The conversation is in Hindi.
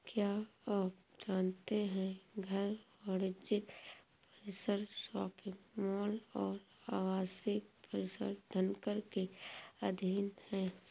क्या आप जानते है घर, वाणिज्यिक परिसर, शॉपिंग मॉल और आवासीय परिसर धनकर के अधीन हैं?